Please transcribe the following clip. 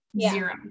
zero